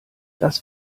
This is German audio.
das